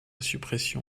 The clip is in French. suppression